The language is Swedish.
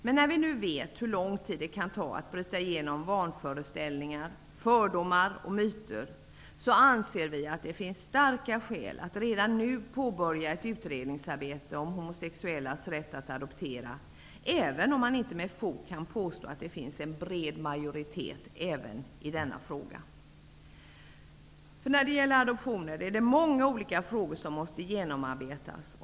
Men när vi nu vet hur lång tid det kan ta att bryta igenom vanföreställningar, fördomar och myter, anser vi att det finns starka skäl att redan nu påbörja ett utredningsarbete om homosexuellas rätt att adoptera, även om man inte med fog kan påstå att det finns en bred majoritet i denna fråga. När det gäller adoptioner är det många olika frågor som måste genomarbetas.